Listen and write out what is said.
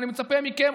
ואני מצפה מכם,